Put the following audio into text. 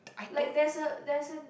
like there's a there's an